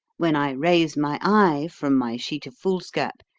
when i raise my eye from my sheet of foolscap,